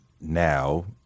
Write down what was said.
now